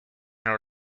how